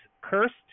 Cursed